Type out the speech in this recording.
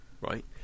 right